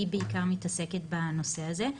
שהיא בעיקר מתעסקת בנושא הזה.